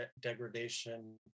degradation